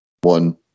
one